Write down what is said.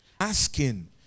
Asking